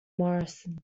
morrison